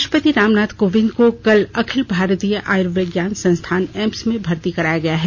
राष्ट्रपति रामनाथ कोविंद को कल अखिल भारतीय आयुर्विज्ञान संस्थान एम्स में भर्ती कराया गया है